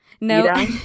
No